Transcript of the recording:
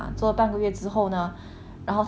然后他的 company 突然跟他讲说